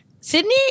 Sydney